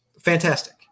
Fantastic